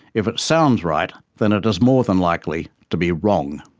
if it sounds right, then it is more than likely to be wrong.